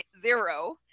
zero